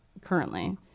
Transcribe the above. currently